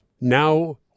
Now